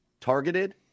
targeted